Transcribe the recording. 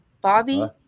Bobby